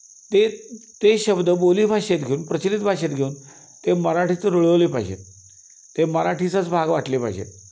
ते ते शब्द बोली भाषेत घेऊन प्रचलित भाषेत घेऊन ते मराठीत रुळवले पाहिजेत ते मराठीचाच भाग वाटले पाहिजेत